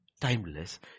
timeless